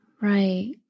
Right